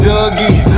Dougie